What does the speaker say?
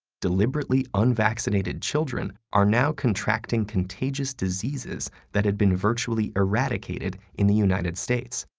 deliberately unvaccinated children are now contracting contagious diseases that had been virtually eradicated in the united states,